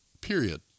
period